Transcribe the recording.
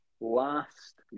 last